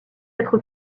être